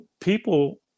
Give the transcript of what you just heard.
people